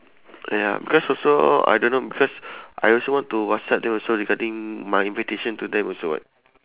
ya because also I don't know because I also want to whatsapp them also regarding my invitation to them also [what]